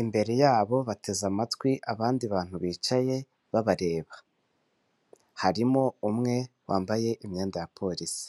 Imbere yabo bateze amatwi abandi bantu bicaye babareba, harimo umwe wambaye imyenda ya polisi.